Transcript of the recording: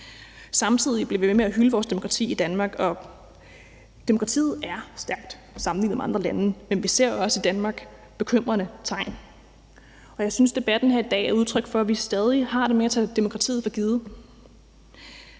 Samtidig bliver vi ved med at hylde vores demokrati i Danmark. Og demokratiet er stærkt her sammenlignet med i andre lande, men vi ser jo også i Danmark bekymrende tegn. Jeg synes, at debatten her i dag er udtryk for, at vi stadig har det med at tage demokratiet for givet,